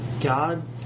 God